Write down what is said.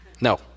No